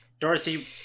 Dorothy